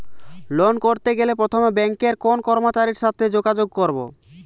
Loan করতে গেলে প্রথমে ব্যাঙ্কের কোন কর্মচারীর সাথে যোগাযোগ করব?